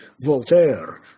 Voltaire